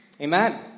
Amen